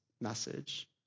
message